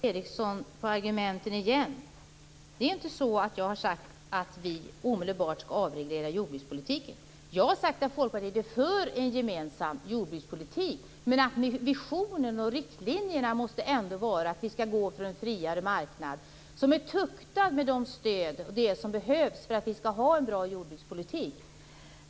Fru talman! Återigen vänder Dan Ericsson på argumenten. Jag har inte sagt att det omedelbart skall avregleras vad gäller jordbrukspolitiken. Jag har i stället sagt att Folkpartiet är för en gemensam jordbrukspolitik men att visionen och riktlinjerna ändå måste vara att vi skall gå mot en friare marknad, som är tuktad med de stöd och annat som behövs för att vi skall ha en bra jordbrukspolitik.